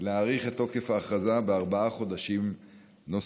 להאריך את תוקף ההכרזה בארבעה חודשים נוספים.